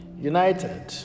united